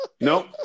nope